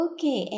Okay